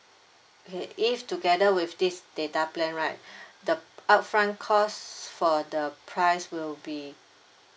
okay if together with this data plan right the upfront cost for the price will be